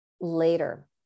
later